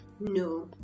No